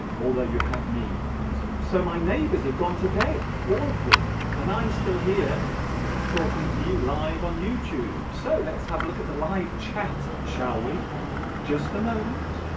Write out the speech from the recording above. although you have me so so my neighbors have ah gone to bed all of them and i'm still here talking to you live on youtube so let's have a look at the live chat shall we just a moment